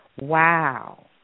Wow